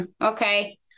okay